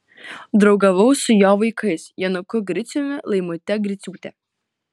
draugavau su jo vaikais jonuku griciumi laimute griciūte